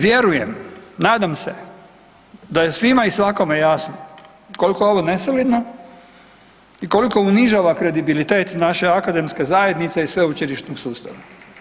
Vjerujem i nadam se da je svima i svakome jasno koliko je ovo nesolidno i koliko unižava kredibilitet naše akademske zajednice i sveučilišnog sustava.